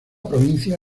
provincia